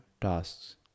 tasks